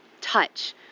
touch